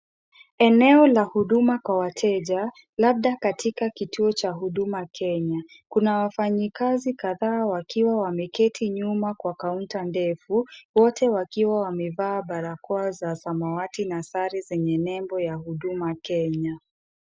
Eneo la huduma kwa wateja labda katika kituo cha Huduma Kenya. Kuna wafanyikazi kadhaa wakiwa wameketi nyuma kwa kaunta ndefu wote wakiwa wamevaa barakoa za samawati na sare zenye nembo ya Huduma Kenya.